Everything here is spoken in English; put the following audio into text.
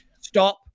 stop